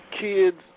Kids